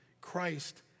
Christ